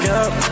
up